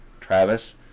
Travis